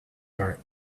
heart